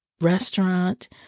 restaurant